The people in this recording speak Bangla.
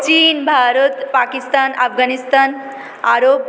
চীন ভারত পাকিস্তান আফগানিস্তান আরব